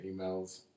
emails